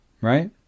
right